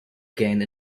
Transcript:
gained